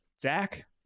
Zach